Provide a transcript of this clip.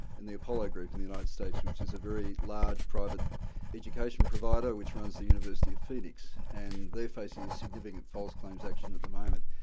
in the apollo group in the united states, which is a very large private education provider which runs the university of phoenix. and they're facing a significant false claims action at the moment.